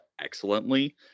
excellently